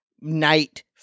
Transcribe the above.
night